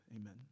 Amen